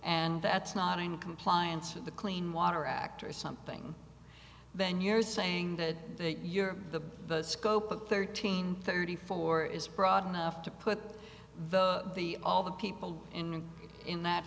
and that's not in compliance with the clean water act or something then you're saying that you're the scope of thirteen thirty four is broad enough to put the the all the people in that